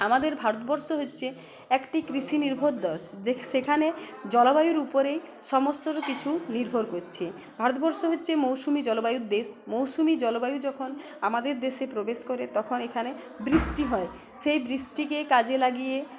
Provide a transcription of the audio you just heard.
আমাদের ভারতবর্ষ হচ্ছে একটি কৃষি নির্ভরদেশ যে সেখানে জলবায়ুর উপরেই সমস্ত কিছু নির্ভর করছে ভারতবর্ষ হচ্ছে মৌসুমি জলবায়ুর দেশ মৌসুমি জলবায়ু যখন আমাদের দেশে প্রবেশ করে তখন এখানে বৃষ্টি হয় সেই বৃষ্টিকে কাজে লাগিয়ে